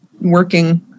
working